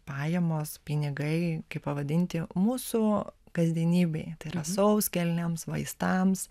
pajamos pinigai kaip pavadinti mūsų kasdienybei tai yra sauskelnėms vaistams